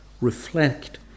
reflect